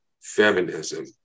feminism